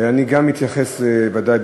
גם אני אתייחס ודאי,